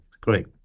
Great